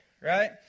right